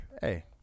Hey